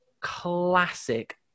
classic